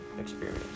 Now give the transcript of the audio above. Experience